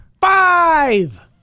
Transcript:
Five